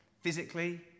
physically